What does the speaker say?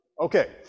Okay